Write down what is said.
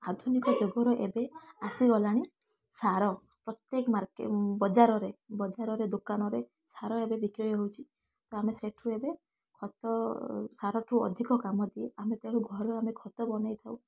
ଆଧୁନିକ ଯୁଗରେ ଏବେ ଆସିଗଲାଣି ସାର ପ୍ରତ୍ୟେକ ମାର୍କେ ବଜାରରେ ବଜାରରେ ଦୋକାନରେ ସାର ଏବେ ବିକ୍ରି ହଉଛି ତ ଆମେ ସେଇଠୁ ଏବେ ଖତ ସାରଠୁ ଅଧିକ କାମଦିଏ ଆମେ ତେଣୁ ଘରେ ଆମେ ଖତ ବନେଇ ଥାଉ